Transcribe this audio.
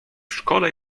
szkole